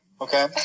Okay